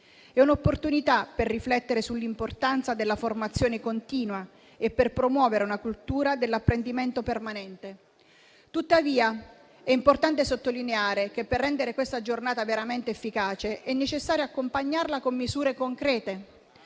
È un'opportunità per riflettere sull'importanza della formazione continua e per promuovere una cultura dell'apprendimento permanente. Tuttavia, è importante sottolineare che per rendere questa giornata veramente efficace è necessario accompagnarla con misure concrete.